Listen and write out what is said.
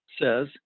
says